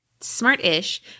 smart-ish